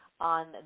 on